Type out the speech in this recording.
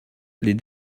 les